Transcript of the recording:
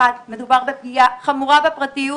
אחד, מדובר בפגיעה חמורה בפרטיות